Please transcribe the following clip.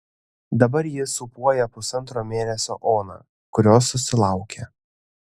dabar ji sūpuoja pusantro mėnesio oną kurios susilaukė